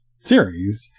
series